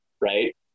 right